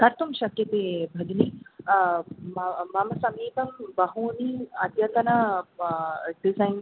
कर्तुं शक्यते भगिनि म मम समीपे बहूनि अद्यतन म डिसै़न्स्